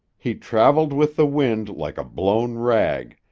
he traveled with the wind like a blown rag,